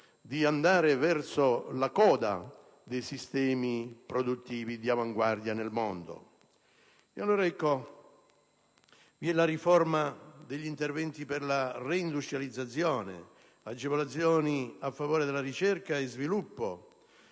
di andare verso la coda dei sistemi produttivi di avanguardia nel mondo. Sono allora previste la riforma degli interventi per la reindustrializzazione, agevolazioni a favore della ricerca e sviluppo